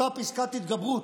אותה פסקת התגברות,